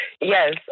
Yes